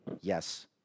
Yes